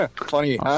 Funny